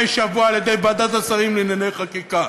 שבוע על-ידי ועדת השרים לענייני חקיקה